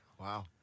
Wow